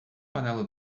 panela